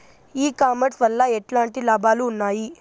E commerce వల్ల ఎట్లాంటి లాభాలు ఉన్నాయి?